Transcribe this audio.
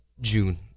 june